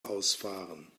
ausfahren